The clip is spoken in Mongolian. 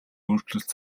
өөрчлөлт